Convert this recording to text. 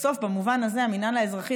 בסוף במובן הזה המינהל האזרחי,